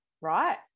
right